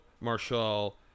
Marshall